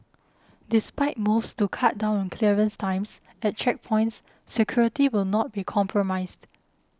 despite moves to cut down on clearance times at checkpoints security will not be compromised